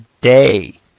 day